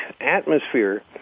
atmosphere